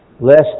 lest